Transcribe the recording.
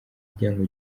igihango